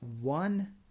one